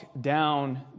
down